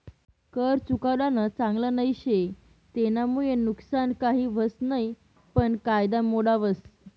कर चुकाडानं चांगल नई शे, तेनामुये नुकसान काही व्हस नयी पन कायदा मोडावस